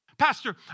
Pastor